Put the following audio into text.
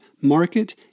Market